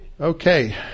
Okay